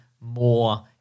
more